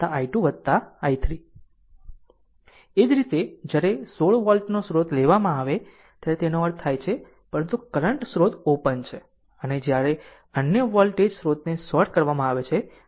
એ જ રીતે જ્યારે આ 16 વોલ્ટનો સ્રોત લેવામાં આવે ત્યારે તેનો અર્થ થાય છે પરંતુ કરંટ સ્રોત ઓપન છે અને જ્યારે અન્ય વોલ્ટેજ સ્રોતને શોર્ટ કરવામાં આવે છે